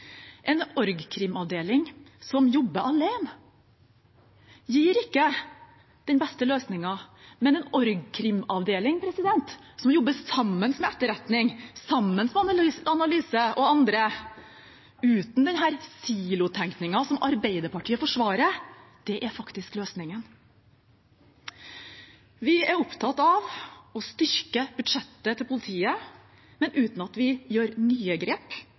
en bedre måte. En org.krim-avdeling som jobber alene, gir ikke den beste løsningen, men en org.krim-avdeling som jobber sammen med etterretning, sammen med analyse og andre, uten denne silotenkningen som Arbeiderpartiet forsvarer, er faktisk løsningen. Vi er opptatt av å styrke budsjettet til politiet, men uten at vi gjør nye grep